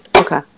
Okay